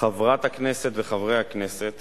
חברת הכנסת וחברי הכנסת